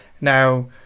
Now